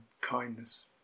kindness